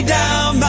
down